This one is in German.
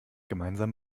gemeinsam